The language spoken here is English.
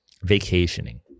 vacationing